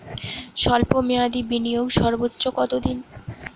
স্বল্প মেয়াদি বিনিয়োগ সর্বোচ্চ কত দিন?